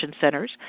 centers